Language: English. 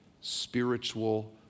spiritual